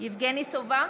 יבגני סובה,